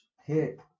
hit